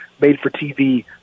made-for-TV